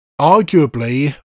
arguably